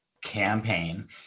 campaign